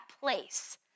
place